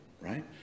right